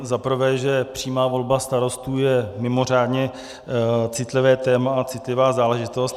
Za prvé, že přímá volba starostů je mimořádně citlivé téma a citlivá záležitost.